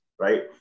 Right